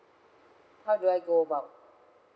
how do I go about